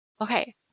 okay